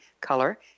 color